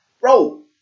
Bro